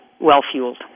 well-fueled